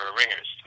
ringers